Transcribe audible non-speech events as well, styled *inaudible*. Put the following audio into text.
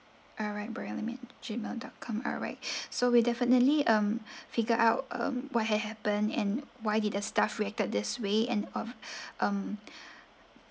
alright bryan lim at gmail dot com alright *breath* so we definitely um *breath* figure out um what had happened and why did the staff reacted this way and uh *breath* um *breath*